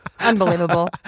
Unbelievable